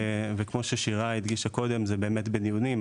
וכמו ששירה הדגישה קודם זה בדיונים.